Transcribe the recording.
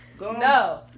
No